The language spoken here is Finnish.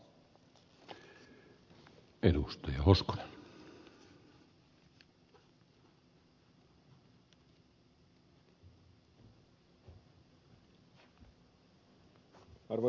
arvoisa herra puhemies